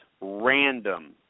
random